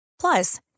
Plus